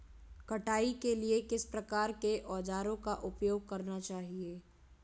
कटाई के लिए किस प्रकार के औज़ारों का उपयोग करना चाहिए?